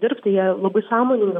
dirbt tai jie labai sąmoninga